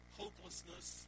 hopelessness